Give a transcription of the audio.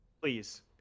Please